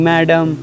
Madam